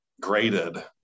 graded